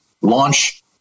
launch